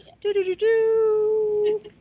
Do-do-do-do